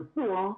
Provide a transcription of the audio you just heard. פרסום,